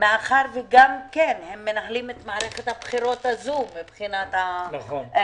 מאחר וגם כן הם מנהלים את מערכת הבחירות הזו מבחינת החשבונאות.